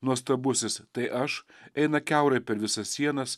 nuostabusis tai aš eina kiaurai per visas sienas